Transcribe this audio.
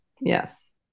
Yes